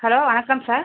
hello வணக்கம் sir